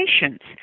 patients